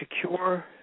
secure